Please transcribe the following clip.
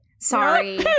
Sorry